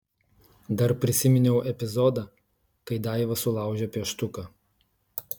dar prisiminiau epizodą kai daiva sulaužė pieštuką